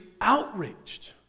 outraged